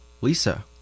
Lisa